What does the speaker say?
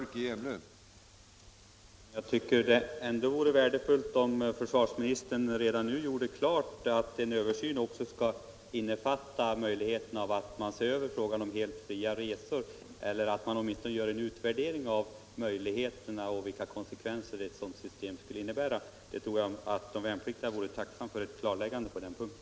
Herr talman! Jag tycker ändå att det vore värdefullt om försvarsministern redan nu gjorde klart att en översyn också skall innefatta att möjligheterna till helt fria resor ses över eller att åtminstone en utvärdering görs av dessa möjligheter och de konsekvenser ett sådant system skulle innebära. Jag tror att de värnpliktiga vore tacksamma för ett klarläggande på den punkten.